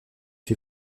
fut